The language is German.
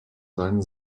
seinen